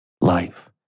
life